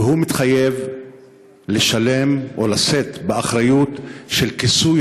והוא מתחייב לשלם או לשאת באחריות של כיסוי